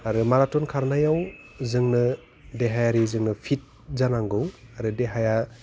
आरो माराथन खारनायाव जोंनो देहायारि जोंनो फिट जानांगौ आरो देहाया